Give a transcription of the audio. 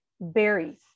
berries